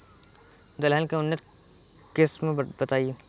दलहन के उन्नत किस्म बताई?